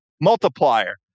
multiplier